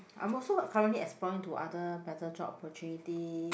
I'm also currently exploring into other better job opportunities